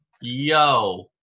Yo